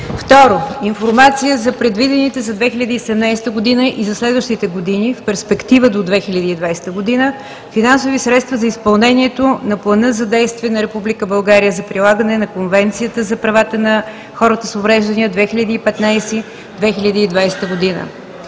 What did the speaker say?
г. 2. Информация за предвидените за 2017 г. и за следващите години в перспектива до 2020 г. финансови средства за изпълнението на Плана за действие на Република България за прилагане на Конвенцията за правата на хората с увреждания 2015 – 2020 г.